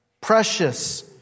Precious